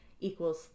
equals